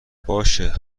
باشه